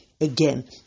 Again